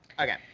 Okay